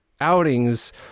outings